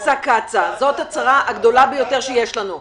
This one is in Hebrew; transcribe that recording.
זאת הצרה הגדולה ביותר שיש לנו.